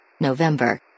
November